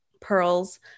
pearls